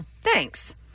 Thanks